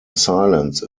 silence